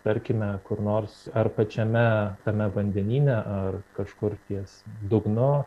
tarkime kur nors ar pačiame tame vandenyne ar kažkur ties dugnu